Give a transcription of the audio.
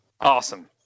Awesome